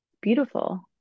Beautiful